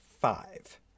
five